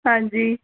ਹਾਂਜੀ